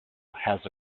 has